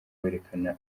werekana